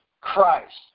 Christ